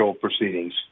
proceedings